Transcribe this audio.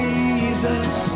Jesus